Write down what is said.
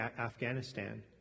Afghanistan